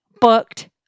booked